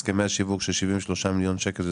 הסכמי השיווק של 73 מיליון שקלים,